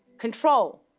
control.